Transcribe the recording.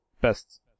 best